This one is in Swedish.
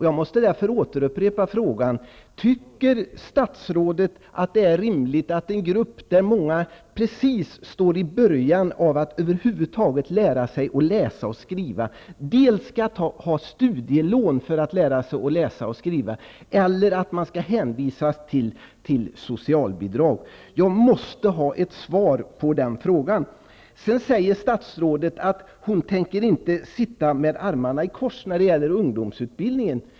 Jag måste därför upprepa frågan: Tycker statsrådet att det är rimligt att denna grupp, där många just skall börja lära sig läsa och skriva, skall ta studielån eller hänvisas till socialbidrag? Jag måste få ett svar på den frågan. Statsrådet säger att hon inte tänker sitta med armarna i kors när det gäller ungdomsutbildningen.